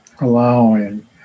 allowing